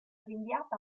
rinviata